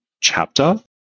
chapter